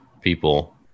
people